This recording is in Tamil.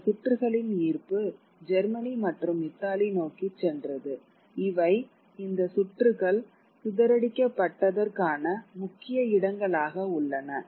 இந்த சுற்றுகளின் ஈர்ப்பு ஜெர்மனி மற்றும் இத்தாலி நோக்கிச் சென்றது இவை இந்த சுற்றுகள் சிதறடிக்கப்பட்டதற்கான முக்கிய இடங்களாக உள்ளன